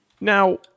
Now